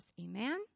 Amen